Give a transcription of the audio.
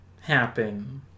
happen